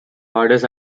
borders